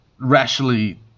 rationally